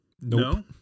no